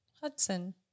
Hudson